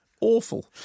Awful